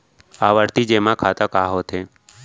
आवर्ती जेमा खाता का होथे?